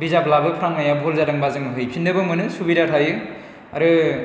बिजाब लाबोफ्लांनाया बुल जादोंबा जोङो हैफिन्नोबो मोनो सुबिदा थायो आरो